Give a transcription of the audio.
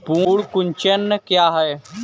पर्ण कुंचन क्या है?